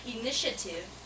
initiative